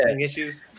issues